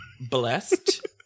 blessed